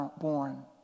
born